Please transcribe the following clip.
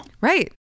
Right